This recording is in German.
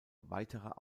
weiterer